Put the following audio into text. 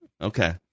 Okay